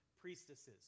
priestesses